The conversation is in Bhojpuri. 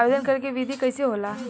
आवेदन करे के विधि कइसे होला?